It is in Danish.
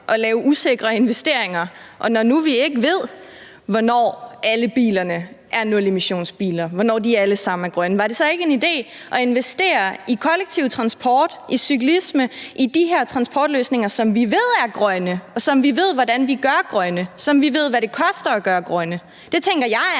at lave usikre investeringer, og når nu vi ikke ved, hvornår alle bilerne er nulemissionsbiler, altså hvornår de alle sammen er grønne, var det så ikke en idé at investere i kollektiv transport, i cyklisme, i de her transportløsninger, som vi ved er grønne, som vi ved hvordan vi gør grønne, og som vi ved hvad det koster at gøre grønne? Det tænker jeg